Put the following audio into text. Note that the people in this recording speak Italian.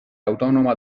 autonoma